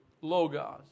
Logos